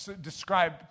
describe